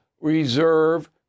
reserve